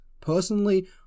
Personally